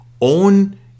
own